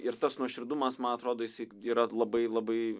ir tas nuoširdumas man atrodo jisai yra labai labai